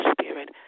spirit